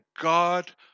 God